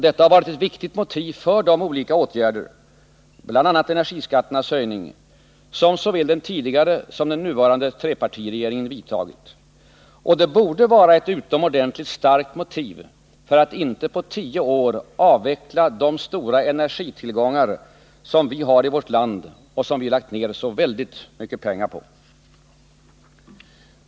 Detta har varit ett viktigt motiv för de olika åtgärder — bl.a. energiskatternas höjning — som såväl den tidigare som den nuvarande trepartiregeringen vidtagit. Och det borde vara ett utomordentligt starkt motiv för att inte på tio år avveckla de stora energitillgångar som vi har i vårt land och som vi har lagt ner så väldigt mycket pengar på.